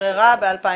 אושררה ב-2005,